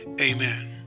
Amen